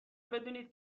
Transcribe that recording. بدونید